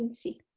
and see.